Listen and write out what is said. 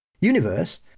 universe